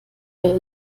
der